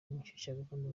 umushyushyarugamba